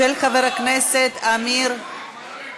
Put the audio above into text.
של חבר הכנסת עמיר,